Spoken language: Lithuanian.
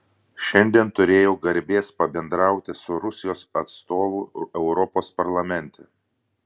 šiandien turėjau garbės pabendrauti su rusijos atstovu europos parlamente